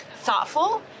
thoughtful